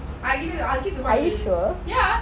I give you the white ya